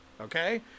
Okay